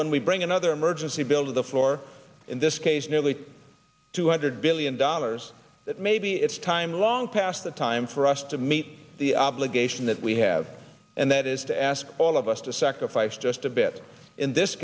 when we bring another emergency bill to the floor in this case nearly two hundred billion dollars that maybe it's time long past the time for us to meet the obligation that we have and that is to ask all of us to sacrifice just a bit in this